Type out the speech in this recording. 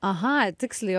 aha tiksliai